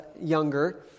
younger